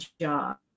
job